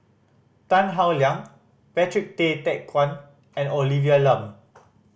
Tan Howe Liang Patrick Tay Teck Guan and Olivia Lum